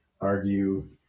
argue